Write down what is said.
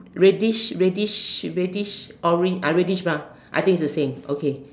reddish reddish reddish orange uh reddish brown I think it's the same okay